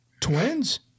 Twins